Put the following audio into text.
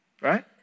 right